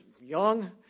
young